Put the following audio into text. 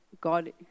God